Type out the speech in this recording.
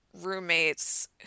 roommates